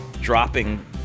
dropping